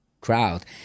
crowd